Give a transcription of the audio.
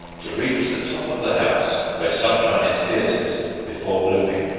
to reach the top of the house, where sunshine is fiercest, before blooming.